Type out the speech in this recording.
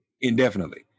indefinitely